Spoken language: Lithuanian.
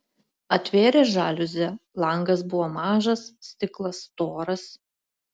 atvėrė žaliuzę langas buvo mažas stiklas storas